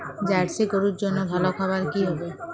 Jersey গরুর জন্য ভালো খাবার কি হবে?